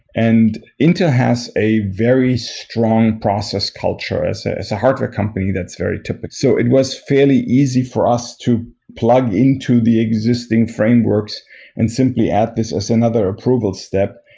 and has a very strong process culture as as a hardware company that's very tepid. so it was fairly easy for us to plug into the existing frameworks and simply add this as and other approvals step,